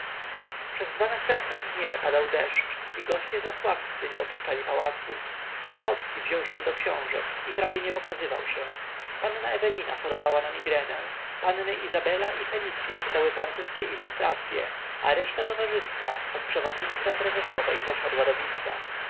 przez dwa następne dnie padał deszcz i goście zasławscy nie opuszczali pałacu ochocki wziął się do książek i prawie nie pokazywał się panna ewelina chorowała na migrenę panny izabela i felicya czytały francuskie ilustracye a reszta towarzystwa pod przewodnictwem prezesowej zasiadła do wista